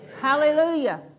Hallelujah